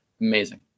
Amazing